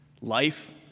life